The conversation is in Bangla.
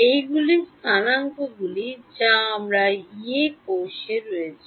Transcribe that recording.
এইগুলি স্থানাঙ্কগুলি যা আমার ইয়ে কোষে রয়েছে